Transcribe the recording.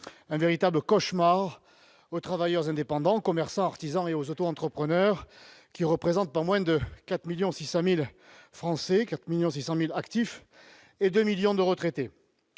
un véritable cauchemar aux travailleurs indépendants, aux commerçants, aux artisans et aux auto-entrepreneurs, qui ne représentent pas moins de 4,6 millions d'actifs et 2 millions de retraités.